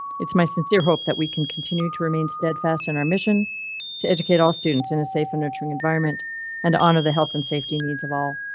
it's my sincere hope that we can continue to remain steadfast in our mission to educate all students in a safe and nurturing environment and honor the health and safety needs of all.